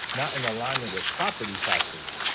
not an alignment with property taxes.